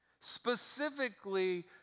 specifically